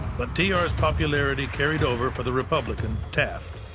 but t r s popularity carried over for the republican taft,